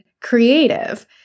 creative